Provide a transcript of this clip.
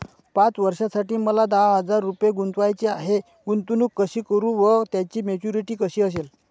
पाच वर्षांसाठी मला दहा हजार रुपये गुंतवायचे आहेत, गुंतवणूक कशी करु व त्याची मॅच्युरिटी कशी असेल?